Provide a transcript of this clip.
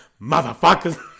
Motherfuckers